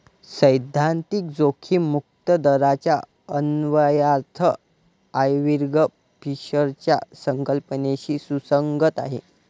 सैद्धांतिक जोखीम मुक्त दराचा अन्वयार्थ आयर्विंग फिशरच्या संकल्पनेशी सुसंगत आहे